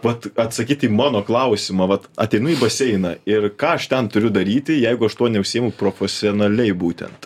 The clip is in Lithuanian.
vat atsakyt į mano klausimą vat ateinu į baseiną ir ką aš ten turiu daryti jeigu aš tuo ne užsiimu profesionaliai būtent